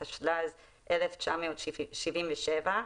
התשל"ז-1977,